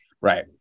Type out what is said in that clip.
Right